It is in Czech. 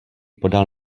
podal